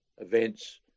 events